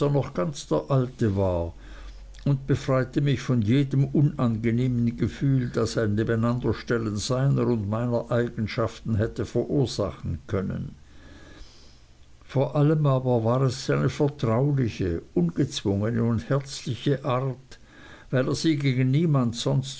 noch ganz der alte war und befreite mich von jedem unangenehmen gefühl das ein nebeneinanderstellen seiner und meiner eigenschaften hätte verursachen können vor allem aber war es seine vertrauliche ungezwungene und herzliche art weil er sie gegen niemand sonst